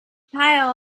pile